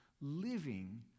living